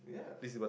yeah